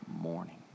morning